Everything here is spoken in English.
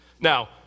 Now